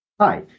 Hi